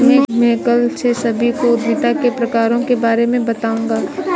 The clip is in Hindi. मैं कल से सभी को उद्यमिता के प्रकारों के बारे में बताऊँगा